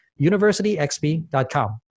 universityxp.com